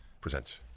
presents